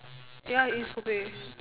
ya is okay